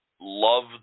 Love